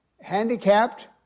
handicapped